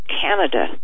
Canada